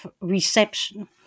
reception